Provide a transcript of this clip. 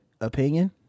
opinion